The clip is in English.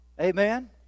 Amen